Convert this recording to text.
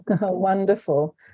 Wonderful